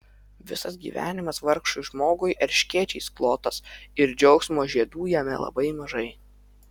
visas gyvenimas vargšui žmogui erškėčiais klotas ir džiaugsmo žiedų jame labai mažai